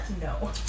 No